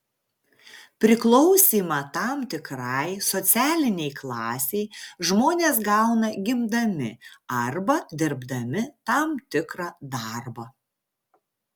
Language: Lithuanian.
priklausymą tam tikrai socialinei klasei žmonės gauna gimdami arba dirbdami tam tikrą darbą